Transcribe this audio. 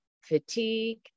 fatigue